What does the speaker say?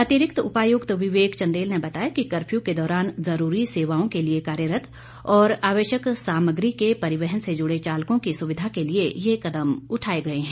अतिरिक्त उपायुक्त विवेक चंदेल ने बताया कि कफर्यू के दौरान जरूरी सेवाओं के लिए कार्यरत और आवश्यक सामग्री के परिवहन से जुड़े चालकों की सुविधा के लिए ये कदम उठाए गए हैं